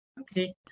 Okay